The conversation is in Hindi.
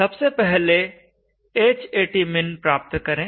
सबसे पहले Hatmin प्राप्त करें